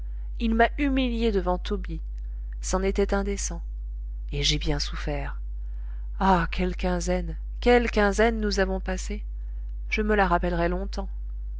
il m'a humilié devant tobie c'en était indécent et j'ai bien souffert ah quelle quinzaine quelle quinzaine nous avons passée je me la rappellerai longtemps